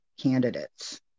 candidates